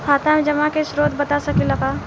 खाता में जमा के स्रोत बता सकी ला का?